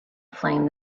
flame